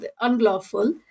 unlawful